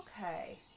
Okay